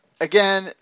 again